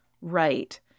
right